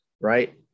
right